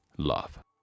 Love